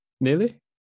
nearly